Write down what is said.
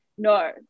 No